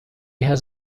has